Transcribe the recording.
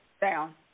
Down